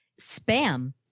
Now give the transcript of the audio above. Spam